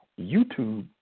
YouTube